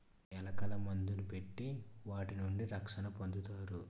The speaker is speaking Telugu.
ఎలకల మందుని పెట్టి వాటి నుంచి రక్షణ పొందుతారు